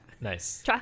nice